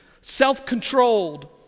Self-controlled